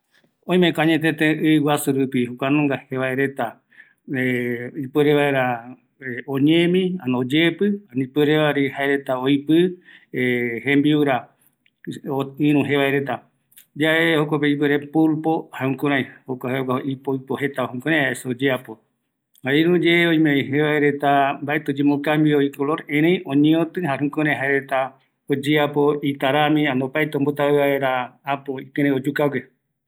Oimeko jevaereta ɨ guasu rupiguareta, oikatu oyembo ambuae, oñemi vaera. Jare oipɨ vaera jembia reta, yaesa jukuraï pulpo ipo jetava, oimevi oñeotɨ reta va, oporombotavi vaera